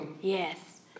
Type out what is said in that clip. yes